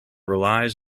relies